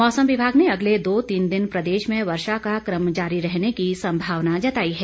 मौसम विभाग ने अगले दो तीन दिन प्रदेश में वर्षा का क्रम जारी रहने की संभावना जताई है